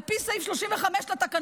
על פי סעיף 35 לתקנון,